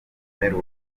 mperuka